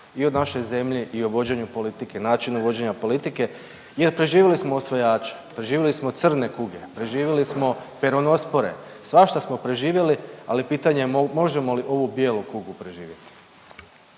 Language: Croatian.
i o našoj zemlji i o vođenju politike, načinu vođenja politike. Jer preživjeli smo osvajače, preživjeli smo crne kuge, preživjeli smo peronospore, svašta smo preživjeli ali pitanje je možemo li ovu bijelu kugu preživjeti?